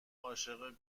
عاشق